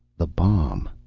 the bomb